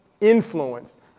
influence